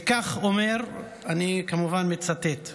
וכך הוא אומר, אני כמובן מצטט: